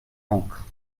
encre